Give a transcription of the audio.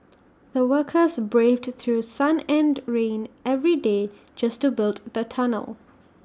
the workers braved through sun and rain every day just to build the tunnel